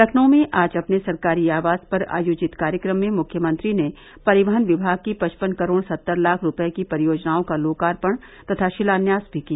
लखनऊ में आज अपने सरकारी आवास पर आयोजित कार्यक्रम में मुख्यमंत्री ने परिवहन विभाग की पचपन करोड़ सत्तर लाख रूपये की परियोजनाओं का लोकार्पण तथा शिलान्यास भी किया